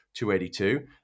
282